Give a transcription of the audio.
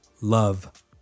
love